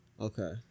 Okay